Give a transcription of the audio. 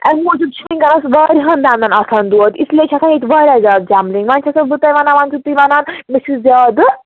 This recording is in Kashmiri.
اَمہِ موٗجوٗب چھِ ؤنکٮ۪نَس واریاہَن دنٛدن آسان دود اِس لیے چھِ ہٮ۪کان ییٚتہِ واریاہ زیادٕ جملِنٛگ وۅنۍ چھَسَو بہٕ تۅہہِ وَنان وۅنۍ چھُو تُہۍ وَنان مےٚ چھُ زیادٕ